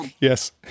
Yes